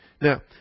Now